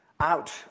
out